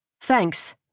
Thanks